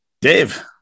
Dave